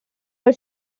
were